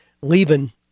leaving